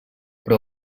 però